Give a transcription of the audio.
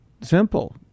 simple